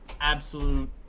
absolute